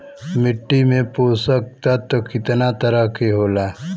मिट्टी में पोषक तत्व कितना तरह के होला?